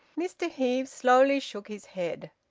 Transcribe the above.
mr heve slowly shook his head.